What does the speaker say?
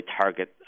target